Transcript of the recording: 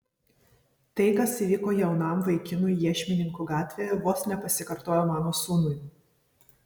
tai kas įvyko jaunam vaikinui iešmininkų gatvėje vos nepasikartojo mano sūnui